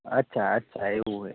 અચ્છા અચ્છા એવું છે